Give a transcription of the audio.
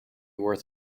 worth